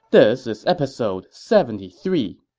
this is episode seventy three